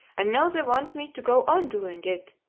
and now they want me to go on doing it!